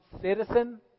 citizen